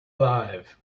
alive